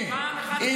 ותיתנו לו כסף להשתמט.